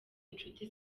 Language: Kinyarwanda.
inshuti